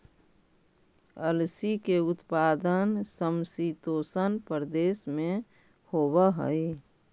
अलसी के उत्पादन समशीतोष्ण प्रदेश में होवऽ हई